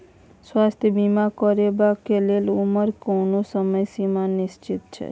स्वास्थ्य बीमा करेवाक के लेल उमर के कोनो समय सीमा निश्चित छै?